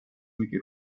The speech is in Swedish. mycket